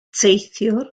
teithiwr